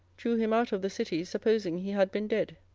drew him out of the city, supposing he had been dead.